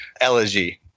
elegy